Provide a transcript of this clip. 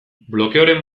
blokeoren